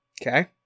Okay